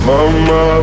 Mama